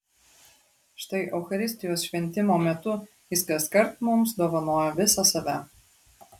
štai eucharistijos šventimo metu jis kaskart mums dovanoja visą save